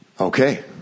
Okay